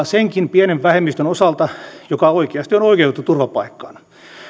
senkin pienen vähemmistön osalta joka oikeasti on oikeutettu turvapaikkaan